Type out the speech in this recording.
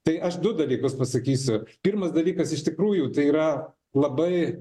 tai aš du dalykus pasakysiu pirmas dalykas iš tikrųjų tai yra labai